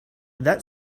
that